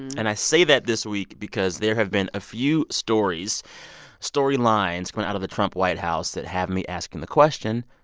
and i say that this week because there have been a few stories storylines coming out of the trump white house that have me asking the question,